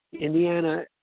Indiana